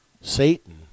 Satan